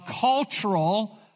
cultural